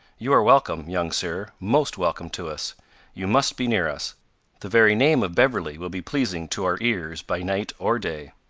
you are welcome, young sir most welcome to us you must be near us the very name of beverley will be pleasing to our ears by night or day.